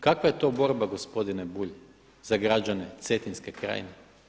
Kakva je to borba gospodine Bulj za građane Cetinske krajine?